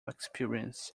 experience